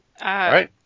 Right